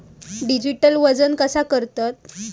Digital वजन कसा करतत?